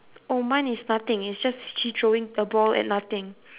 oh mine is nothing it's just she throwing the ball at nothing